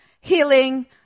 healing